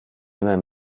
immer